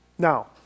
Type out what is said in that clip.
Now